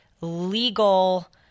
legal